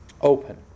open